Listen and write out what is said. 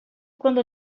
quando